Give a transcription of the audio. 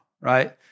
right